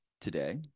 today